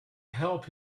help